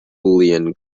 julian